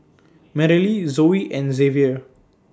Merrily Zoey and Xzavier